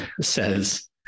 says